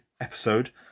episode